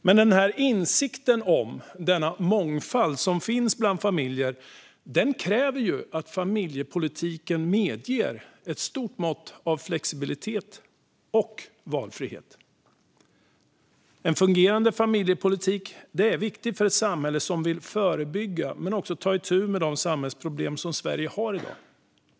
Men insikten om den mångfald som finns bland familjer kräver att familjepolitiken medger ett stort mått av flexibilitet och valfrihet. En fungerande familjepolitik är viktig för ett samhälle som vill förebygga men också ta itu med de samhällsproblem som Sverige har i dag.